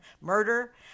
murder